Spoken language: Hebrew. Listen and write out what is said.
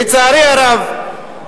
לצערי הרב,